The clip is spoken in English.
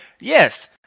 Yes